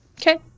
Okay